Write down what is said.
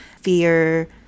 fear